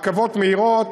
רכבות מהירות,